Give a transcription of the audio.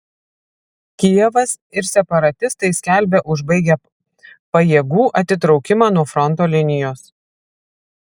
kijevas ir separatistai skelbia užbaigę pajėgų atitraukimą nuo fronto linijos